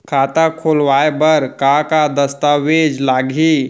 खाता खोलवाय बर का का दस्तावेज लागही?